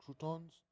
croutons